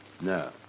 No